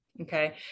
Okay